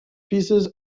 pieces